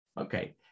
Okay